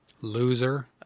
loser